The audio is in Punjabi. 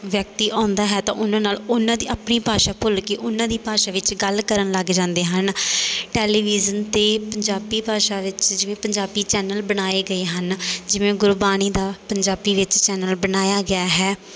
ਵਿਅਕਤੀ ਆਉਂਦਾ ਹੈ ਤਾਂ ਉਹਨਾਂ ਨਾਲ ਉਹਨਾਂ ਦੀ ਆਪਣੀ ਭਾਸ਼ਾ ਭੁੱਲ ਕੇ ਉਹਨਾਂ ਦੀ ਭਾਸ਼ਾ ਵਿੱਚ ਗੱਲ ਕਰਨ ਲੱਗ ਜਾਂਦੇ ਹਨ ਟੈਲੀਵਿਜ਼ਨ 'ਤੇ ਪੰਜਾਬੀ ਭਾਸ਼ਾ ਵਿੱਚ ਜਿਵੇਂ ਪੰਜਾਬੀ ਚੈਨਲ ਬਣਾਏ ਗਏ ਹਨ ਜਿਵੇਂ ਗੁਰਬਾਣੀ ਦਾ ਪੰਜਾਬੀ ਵਿੱਚ ਚੈਨਲ ਬਣਾਇਆ ਗਿਆ ਹੈ